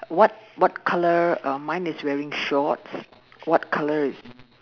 what what colour um mine is wearing shorts what colour is